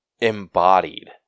embodied